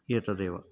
एतदेव